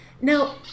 Now